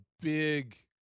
big